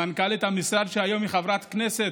מנכ"לית המשרד היום היא חברת כנסת,